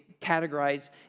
categorize